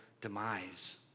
demise